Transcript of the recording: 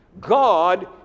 God